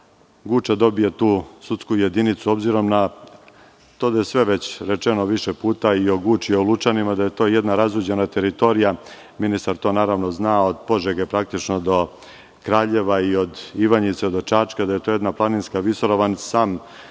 da je to jedna razuđena teritorija,